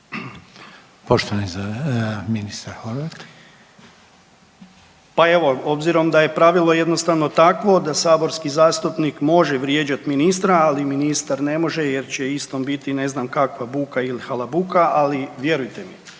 Darko (HDZ)** Pa evo obzirom da je pravilo jednostavno takvo da saborski zastupnik može vrijeđati ministra, ali ministar ne može jer će isto biti ne znam kakva buka ili halabuka. Ali vjerujte mi